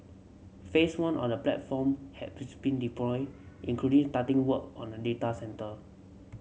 phase one of the platform had been deployed including starting work on a data centre